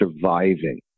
surviving